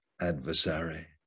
adversary